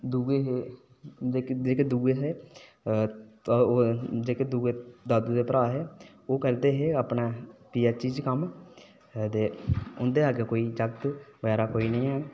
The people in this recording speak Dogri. दूए हे जेह्के दूए दादू दे भ्रा हे ओह् करदे हे अपने पीएचई च कम्म ते हुंदे अग्गै कोई जाक्त बगैरा कोई नीं हैन